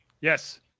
Yes